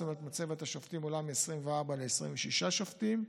זאת אומרת, מצבת השופטים עולה מ-24 ל-26 שופטים.